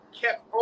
kept